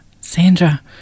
Sandra